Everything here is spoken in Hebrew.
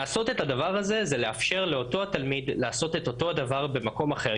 לעשות את הדבר הזה זה לאפשר לאותו התלמיד לעשות את אותו הדבר במקום אחר,